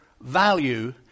value